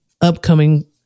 upcoming